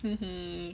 he he